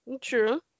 True